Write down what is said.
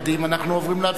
אנחנו עוברים להצבעות.